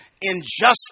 injustice